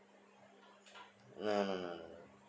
no no no no